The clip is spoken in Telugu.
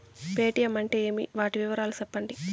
పేటీయం అంటే ఏమి, వాటి వివరాలు సెప్పండి?